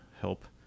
help